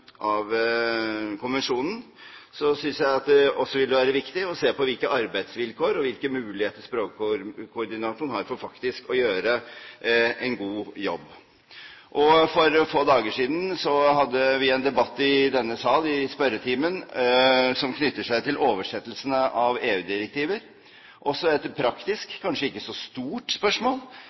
konvensjonen, synes jeg også det vil være viktig å se på hvilke arbeidsvilkår og hvilke muligheter språkkoordinatoren har for faktisk å gjøre en god jobb. For få dager siden hadde vi en debatt i denne sal i spørretimen som knytter seg til oversettelsene av EU-dokumenter – også et praktisk, kanskje ikke så stort spørsmål,